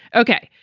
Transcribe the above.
ok,